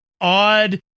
odd